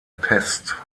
pest